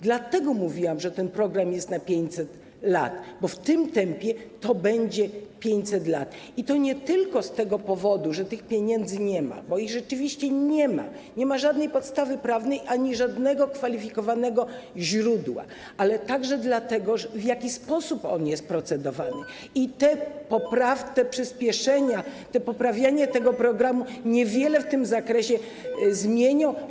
Dlatego mówiłam, że ten program jest na 500 lat, bo w tym tempie to będzie 500 lat, i to nie tylko z tego powodu, że tych pieniędzy nie ma - bo ich rzeczywiście nie ma, nie ma żadnej podstawy prawnej ani żadnego kwalifikowanego źródła - ale także z powodu sposobu, w jaki on jest procedowany, i te przyśpieszenia, to poprawianie tego programu niewiele w tym zakresie zmienią.